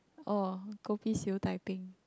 oh kopi Siew-Dai peng